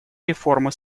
реформы